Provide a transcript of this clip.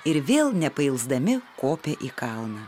ir vėl nepailsdami kopia į kalną